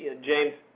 James